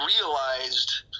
realized